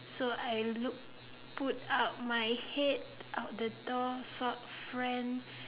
so I look put out my head out the door sought friends